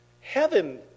heaven